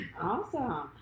Awesome